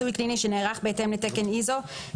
יכלול דוח של ניסוי קליני שנערך בהתאם לתקן ISO 24444,